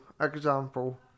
example